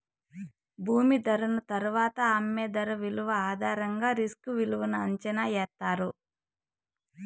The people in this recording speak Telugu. భూమి ధరను తరువాత అమ్మే ధర విలువ ఆధారంగా రిస్క్ విలువను అంచనా ఎత్తారు